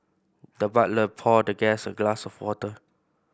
the butler poured the guest a glass of water